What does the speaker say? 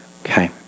Okay